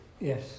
Yes